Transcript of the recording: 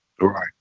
Right